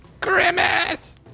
grimace